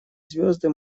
звезды